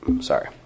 sorry